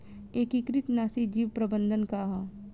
एकीकृत नाशी जीव प्रबंधन का ह?